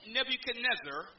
Nebuchadnezzar